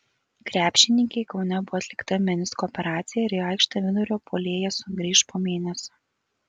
krepšininkei kaune buvo atlikta menisko operacija ir į aikštę vidurio puolėja sugrįš po mėnesio